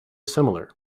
similar